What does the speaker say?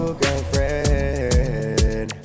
girlfriend